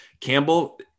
Campbell